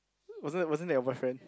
wasn't that wasn't that your boyfriend